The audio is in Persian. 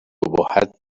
ابهت